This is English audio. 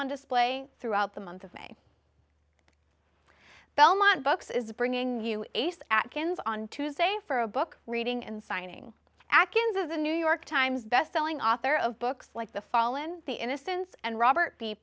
on display throughout the month of may belmont books is bringing you a say atkins on tuesday for a book reading and signing acronyms of the new york times best selling author of books like the fallen the innocents and robert